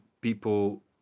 people